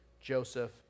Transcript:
Joseph